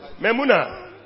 Memuna